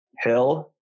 Hill